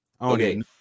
okay